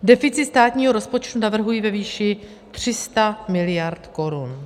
Deficit státního rozpočtu navrhuji ve výši 300 mld. korun.